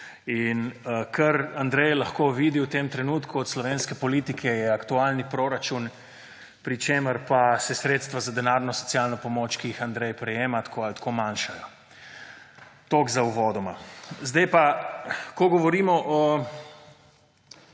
In kar Andrej lahko vidi v tem trenutku od slovenske politike, je aktualni proračun, pri čemer pa se sredstva za denarno socialno pomoč, ki jih Andrej prejema, tako ali tako manjšajo. Toliko za uvod. Ko govorimo o